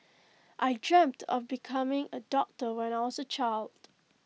I dreamt of becoming A doctor when I was A child